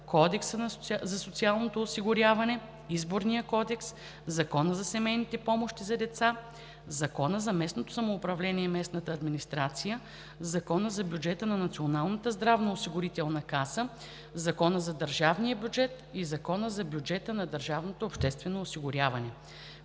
Кодекса за социално осигуряване, Изборния кодекс, Закона за семейни помощи за деца, Закона за местното самоуправление и местната администрация, Закона за бюджета на Националната здравноосигурителна каса, Закона за държавния бюджет и Закона за бюджета на държавното обществено осигуряване.